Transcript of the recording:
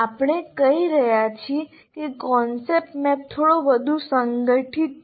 આપણે કહી રહ્યા છીએ કે કોન્સેપ્ટ મેપ થોડો વધુ સંગઠિત છે